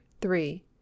three